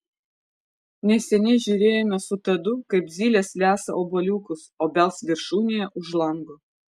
neseniai žiūrėjome su tadu kaip zylės lesa obuoliukus obels viršūnėje už lango